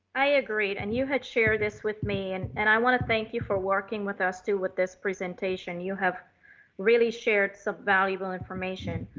i agreed. and you had shared this with me and and i wanna thank you for working with us too with this presentation, you have really shared some valuable information.